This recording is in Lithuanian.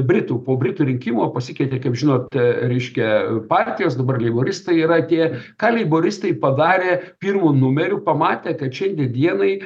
britų po britų rinkimų pasikeitė kaip žinot reiškia partijos dabar leiboristai yra tie ką leiboristai padarė pirmu numeriu pamatė kad šiandien dienai